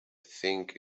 think